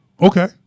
Okay